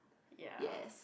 ya